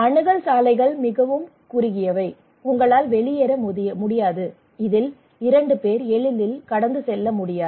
அணுகல் சாலைகள் மிகவும் குறுகியவை உங்களால் வெளியேற முடியாது இதில் இரண்டு பேர் எளிதில் கடந்து செல்ல முடியாது